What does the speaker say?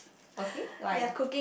okay why